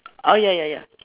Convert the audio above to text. oh ya ya ya